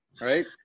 right